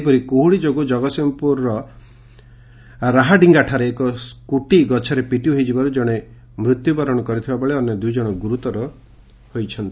ସେହିପରି କୁହୁଡ଼ି ଯୋଗୁଁ ଜଗତ୍ସିଂହପୁର ରାହାଡିଙ୍ଗାଠାରେ ଏକ ସ୍କୁଟି ଗଛରେ ପିଟି ହୋଇଯିବାରୁ ଜଣେ ମୃତ୍ୟୁବରଣ କରିଥିବାବେଳେ ଅନ୍ୟ ଦୁଇ ଜଣ ଗୁରୁତର ହୋଇଛନ୍ତି